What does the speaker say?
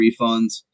refunds